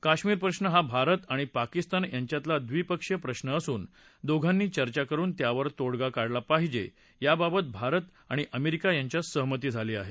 कश्मीर प्रश्न हा भारत आणि पाकिस्तान यांच्यातला द्विपक्षीय प्रश्न असून दोघांनी चर्चा करुन त्यावर तोडगा काढला पाहिजे याबाबत भारत आणि अमेरिका यांच्यात सहमती झाली आहे